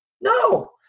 no